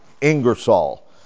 Ingersoll